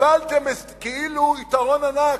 קיבלתם כאילו יתרון ענק,